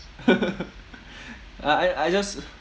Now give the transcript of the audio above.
uh I I just